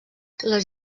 les